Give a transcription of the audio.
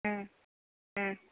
ꯎꯝ ꯎꯝ